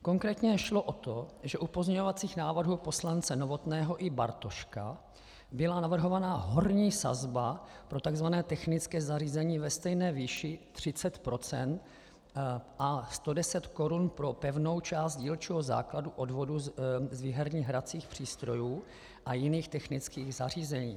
Konkrétně šlo o to, že u pozměňovacích návrhů od poslance Novotného i Bartoška byla navrhovaná horní sazba pro tzv. technické zařízení ve stejné výši 30 % a 110 korun pro pevnou část dílčího základu odvodu z výherních hracích přístrojů a jiných technických zařízení.